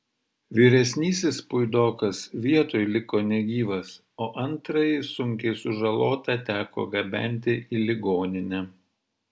vyresnysis puidokas vietoj liko negyvas o antrąjį sunkiai sužalotą teko gabenti į ligoninę